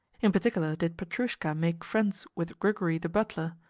in particular did petrushka make friends with grigory the butler,